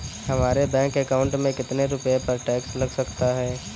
हमारे bank account में कितने रुपये पर टैक्स लग सकता है?